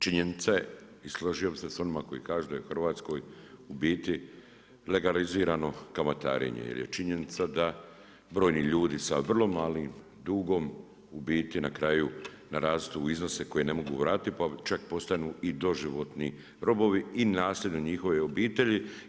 Činjenica je i složio bih se sa onima koji kažu da je u Hrvatskoj u biti legalizirano kamatarenje, jer je činjenica da brojni ljudi sa vrlo malim dugom u biti na kraju narastu u iznose koje ne mogu vratiti, pa čak postanu i doživotni robovi i nasjednu njihove obitelji.